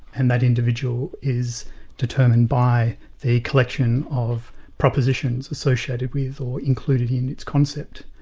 and that individual is determined by the collection of propositions associated with or included in its concept,